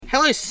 Hello